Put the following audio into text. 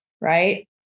right